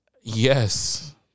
Yes